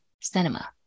cinema